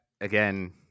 Again